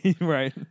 Right